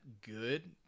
good